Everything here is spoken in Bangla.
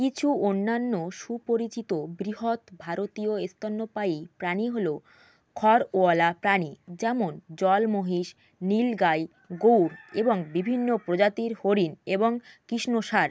কিছু অন্যান্য সুপরিচিত বৃহৎ ভারতীয় স্তন্যপায়ী প্রাণী হলো খরওয়ালা প্রাণী যেমন জল মহিষ নীলগাই গৌড় এবং বিভিন্ন প্রজাতির হরিণ এবং কৃষ্ণসার